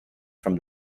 from